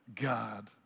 God